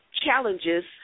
challenges